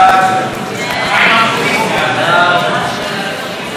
נא להצביע.